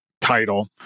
title